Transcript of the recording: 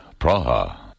Praha